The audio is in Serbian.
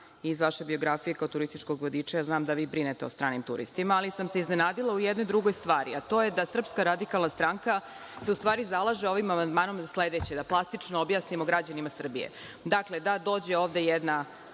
iz vaše biografije kao turističkog vodiča, znam da vi brinete o stranim turistima, ali sam se iznenadila u jednoj drugoj stvari, a to je da SRS se u stvari zalaže ovim amandmanom sledeće, da plastično objasnimo građanima Srbije. Dakle, da dođe ovde jedna